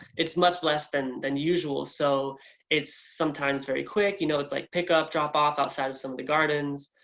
it's much less than than usual so it's sometimes very quick, you know. it's like pick up or drop off outside of some of the gardens.